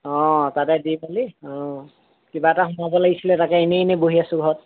অঁ তাতে দি মেলি অঁ কিবা এটাত সোমাব লাগিছিলে তাকে এনেই এনেই বহি আছোঁ ঘৰত